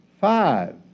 five